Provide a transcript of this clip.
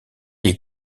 est